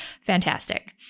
fantastic